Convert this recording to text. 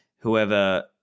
whoever